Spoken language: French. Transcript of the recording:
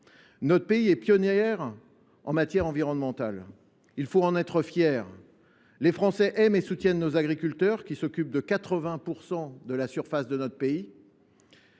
Notre pays est pionnier en matière environnementale : il faut en être fier. Les Français aiment et soutiennent leurs agriculteurs, qui s’occupent de 80 % de la surface de notre pays